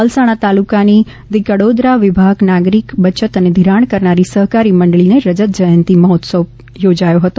પલસાણા તાલુકાની ધી કડોદરા વિભાગ નાગરિક બચત અને ધિરાણ કરનારી સહકારી મંડળીનો રજતજયંતિ મહોત્સવ યોજાયો હતો